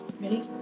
ready